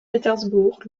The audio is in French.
pétersbourg